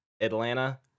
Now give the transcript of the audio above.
Atlanta